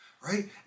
right